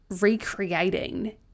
recreating